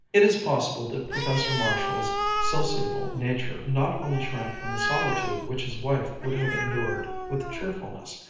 it is possible that professor marshall's sociable nature not only shrank from the solitude which his wife would have endured with cheerfulness,